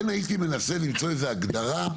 כן הייתי מנסה למצוא איזה הגדרה,